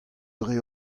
dre